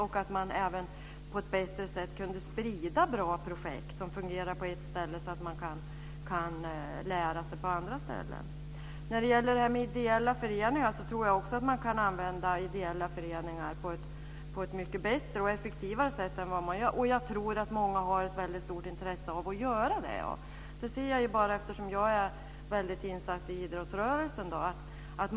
Man kunde också på ett bättre sätt sprida bra projekt som fungerar på ett ställe så att man kan lära sig på andra ställen. Också jag tror att man kan använda ideella föreningar på ett mycket bättre och effektivare sätt än vad man gör, och många har ett väldigt stort intresse av att göra det. Det ser jag eftersom jag är väldigt insatt i idrottsrörelsen.